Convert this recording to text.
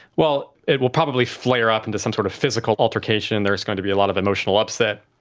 well, it will probably flare up into some sort of physical altercation, there's going to be a lot of emotional upset,